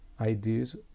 ideas